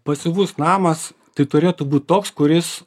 pasyvus namas tai turėtų būt toks kuris